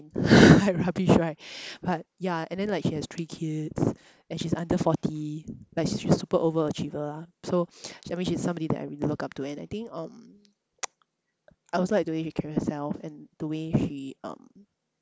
like rubbish right but yeah and then like she has three kids and she's under forty like she's super overachiever lah so I mean she's somebody that I really look up to and I think um I also like they way she carry herself and the way she um